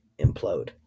implode